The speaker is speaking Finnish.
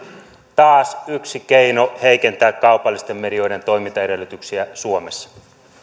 taas yksi keino heikentää kaupallisten medioiden toimintaedellytyksiä suomessa